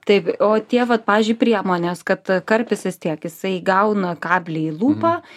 taip o tie vat pavyzdžiui priemonės kad karpis vistiek jisai gauna kablį į lūpą